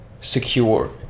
secure